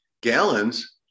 gallons